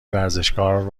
ورزشکار